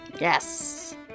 yes